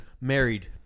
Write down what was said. Married